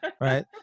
Right